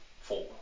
Four